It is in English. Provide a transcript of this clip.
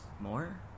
more